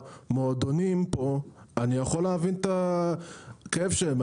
המועדונים פה אני יכול להבין את הכאב שלהם.